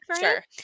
Sure